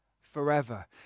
forever